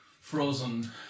frozen